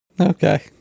Okay